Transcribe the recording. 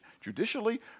judicially